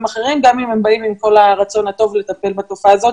אחרים גם אם הם באים עם כל הרצון הטוב לטפל בתופעה הזאת